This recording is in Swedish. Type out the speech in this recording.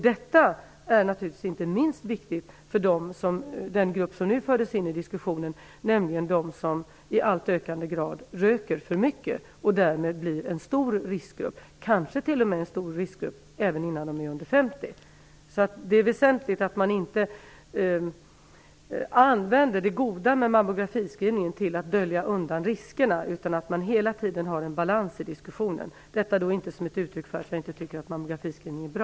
Detta är naturligtvis inte minst viktigt för den grupp som fördes in i diskussionen, nämligen de som i allt ökande grad röker för mycket och därmed blir en stor riskgrupp, kanske t.o.m. en stor riskgrupp redan under 50 år. Det är väsentligt att man inte använder det goda med mammografiscreening till att dölja undan riskerna. Man måste hela tiden ha en balans i diskussionen. Detta är inte ett uttryck för att jag inte tycker att mammografiscreening är bra.